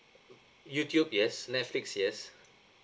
YouTube yes Netflix yes